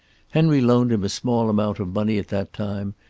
henry loaned him a small amount of money at that time,